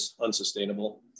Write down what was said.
unsustainable